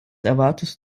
erwartest